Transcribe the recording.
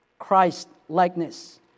christ-likeness